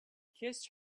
kissed